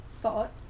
thought